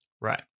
Right